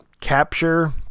capture